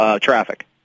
traffic